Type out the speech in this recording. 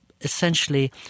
essentially